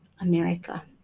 America